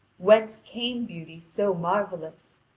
whence came beauty so marvellous?